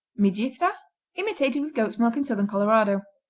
myjithra imitated with goat's milk in southern colorado.